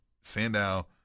Sandow